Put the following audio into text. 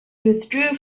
withdrew